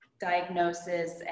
diagnosis